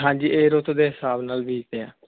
ਹਾਂਜੀ ਏ ਰੁਤ ਦੇ ਹਿਸਾਬ ਨਾਲ ਵੀਕਦੇ ਆ